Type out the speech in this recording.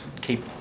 keep